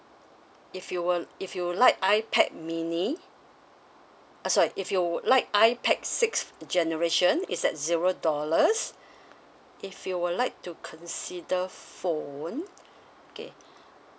if you were if you like ipad mini uh sorry if you would like ipad sixth generation is at zero dollars if you would like to consider phone okay